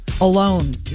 Alone